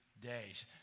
days